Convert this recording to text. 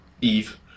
Eve